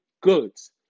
goods